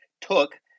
took